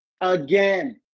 Again